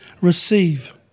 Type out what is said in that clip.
receive